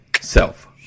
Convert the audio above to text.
Self